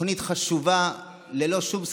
תוכנית חשובה, ללא שום ספק,